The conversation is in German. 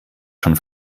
schon